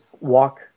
walk